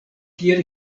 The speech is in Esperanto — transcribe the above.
kiel